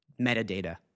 metadata